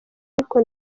ariko